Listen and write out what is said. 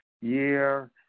year